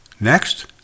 Next